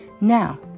Now